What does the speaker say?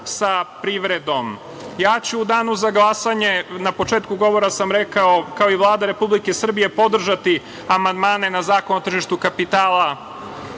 sa privredom.U danu za glasanje, na početku govora sam rekao, kao i Vlada Republike Srbije, ja ću podržati amandmane na Zakon o tržištu kapitala